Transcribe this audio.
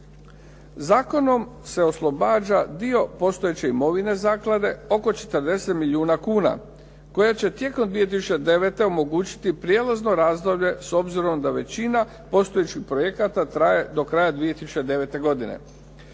Zakonom se oslobađa dio postojeće imovine zaklade oko 40 milijuna kuna koja će tijekom 2009. omogućiti prijelazno razdoblje s obzirom da većina postojećih projekata traje do kraja 2009. godine.